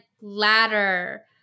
ladder